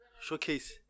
Showcase